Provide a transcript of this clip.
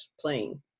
playing